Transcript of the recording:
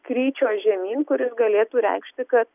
kryčio žemyn kuris galėtų reikšti kad